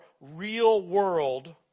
real-world